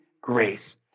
grace